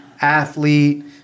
athlete